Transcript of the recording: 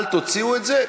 אל תוציאו את זה,